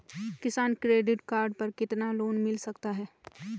किसान credit card पर कितना लोंन मिल सकता है?